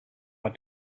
what